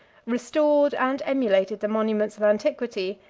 restored and emulated the monuments of antiquity,